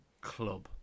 club